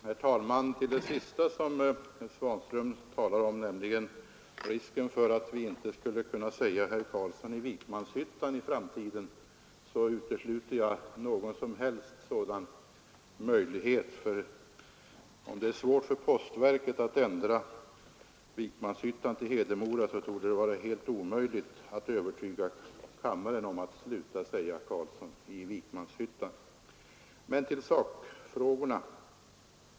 Herr talman! Herr Svanström talade som avslutning om risken för att vi inte skulle kunna säga ”Carlsson i Vikmanshyttan” i framtiden. Jag utesluter varje som helst sådan risk, för om det är svårt för postverket att ändra Vikmanshyttan till Hedemora torde det vara helt omöjligt att övertyga kammaren om att den bör sluta att säga ”Carlsson i Vikmanshyttan”. Men till sakfrågorna!